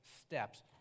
steps